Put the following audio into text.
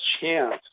chance